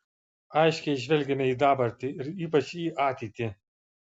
aiškiai žvelgiame į dabartį ir ypač į ateitį